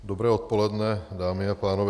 Dobré odpoledne, dámy a pánové.